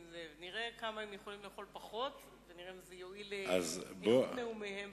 נראה כמה הם יכולים לאכול פחות ונראה אם זה יועיל לאיכות נאומיהם.